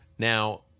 Now